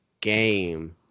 game